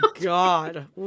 God